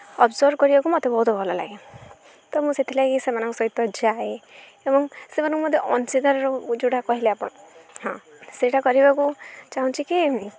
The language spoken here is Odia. ଅବ୍ଜର୍ଭ୍ କରିବାକୁ ମୋତେ ବହୁତ ଭଲ ଲାଗେ ତ ମୁଁ ସେଥିଲାଗି ସେମାନଙ୍କ ସହିତ ଯାଏ ଏବଂ ସେମାନଙ୍କୁ ମଧ୍ୟ ଅଂଶୀଦାର ଯେଉଁଟା କହିଲେ ଆପଣ ହଁ ସେଇଟା କରିବାକୁ ଚାହୁଁଛି କି